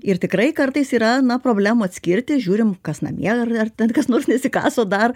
ir tikrai kartais yra na problemų atskirti žiūrim kas namie ar ar kas nors nesikaso dar